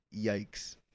yikes